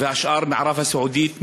והשאר מערב-הסעודית,